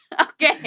okay